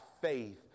faith